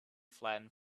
flattened